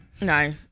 No